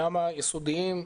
גם היסודיים,